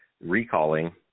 recalling